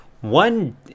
One